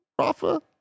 Rafa